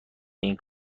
این